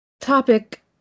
topic